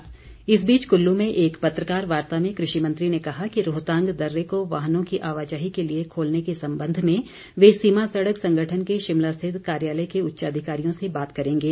प्रैसवार्ता मारकंडा इस बीच कुल्लू में एक पत्रकार वार्ता में कृषि मंत्री ने कहा कि रोहतांग दर्रे को वाहनों की आवाजाही के लिए खोलने के संबंध में वे सीमा सड़क संगठन के शिमला स्थित कार्यालय के उच्चाधिकारियों से बात करेंगे